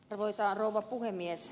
arvoisa rouva puhemies